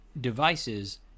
devices